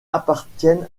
appartiennent